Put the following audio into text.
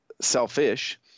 selfish